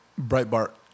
Breitbart